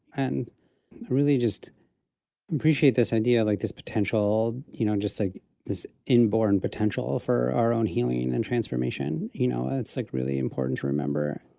and really just appreciate this idea of like this potential, you know, just like this inborn potential for our own healing and transformation. you know, ah it's like really important to remember.